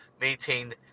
maintain